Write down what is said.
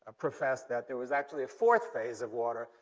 ah professed that there was actually a fourth phase of water,